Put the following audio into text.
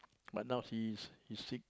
but now he's he's sick